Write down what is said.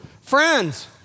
friends